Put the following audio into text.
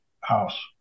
house